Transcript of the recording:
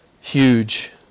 huge